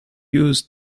use